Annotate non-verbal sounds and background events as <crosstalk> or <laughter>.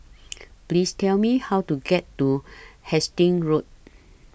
<noise> Please Tell Me How to get to Hastings Road